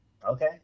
Okay